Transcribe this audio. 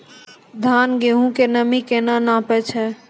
धान, गेहूँ के नमी केना नापै छै?